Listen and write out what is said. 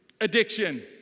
addiction